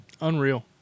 Unreal